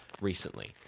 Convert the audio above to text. recently